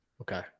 okay